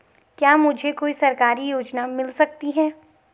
क्या मुझे कोई सरकारी योजना मिल सकती है?